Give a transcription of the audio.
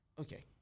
Okay